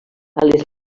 les